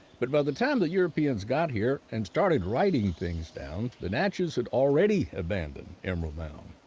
but by the time the europeans got here and started writing things down, the natchez had already abandoned emerald mound.